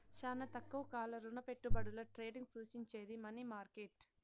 శానా తక్కువ కాల రుణపెట్టుబడుల ట్రేడింగ్ సూచించేది మనీ మార్కెట్